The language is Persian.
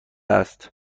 است